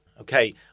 Okay